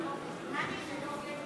אנחנו נעבור